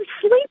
sleep